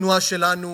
התנועה שלנו